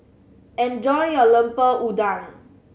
enjoy your Lemper Udang